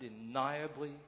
undeniably